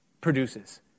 produces